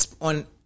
on